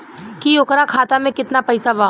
की ओकरा खाता मे कितना पैसा बा?